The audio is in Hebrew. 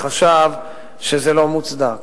וחשב שזה לא מוצדק.